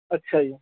ਅੱਛਾ ਜੀ